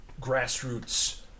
grassroots